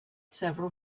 several